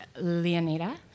Leonida